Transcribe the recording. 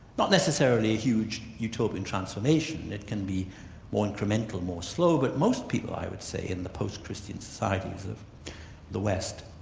not necessarily a huge utopian transformation, it can be more incremental, more slow, but most people i would say in the post-christian societies of the west,